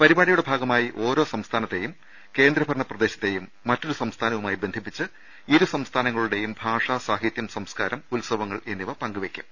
പരിപാടിയുടെ ഭാഗമായി ഓരോ സംസ്ഥാനത്തേയും കേന്ദ്ര ഭരണപ്രദേശത്തേയും മറ്റൊരു സംസ്ഥാനവുമായി ബന്ധിപ്പിച്ച് ഇരു സംസ്ഥാനങ്ങളുടേയും ഭാഷ സാഹിത്യം സംസ്കാരം ഉത്സവങ്ങൾ എന്നിവ പങ്കുവെയ്ക്കും